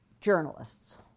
journalists